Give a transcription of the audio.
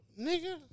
Nigga